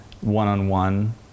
one-on-one